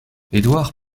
édouard